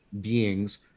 beings